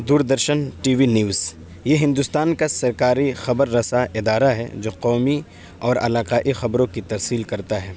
دور درشن T V news یہ ہندوستان کا سرکاری خبر رساں ادارہ ہے جو قومی اور علاقائی خبروں کی ترسیل کرتا ہے